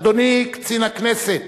אדוני קצין הכנסת,